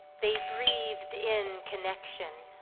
they breathed in connection,